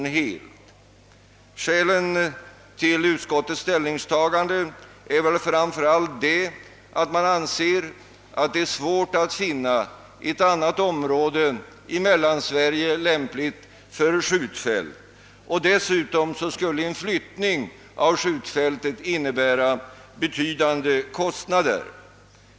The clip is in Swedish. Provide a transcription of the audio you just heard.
Det huvudsakliga skälet till utskottets ställningstagande är väl att man anser det svårt att finna ett annat område i Mellansverige, lämpligt för ett skjutfält. Dessutom skulle en flyttning av skjutfältet medföra betydande kostnader.